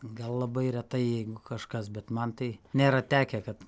gal labai retai jeigu kažkas bet man tai nėra tekę kad